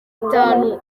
itanu